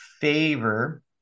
favor